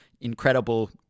incredible